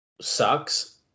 sucks